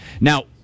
Now